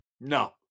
no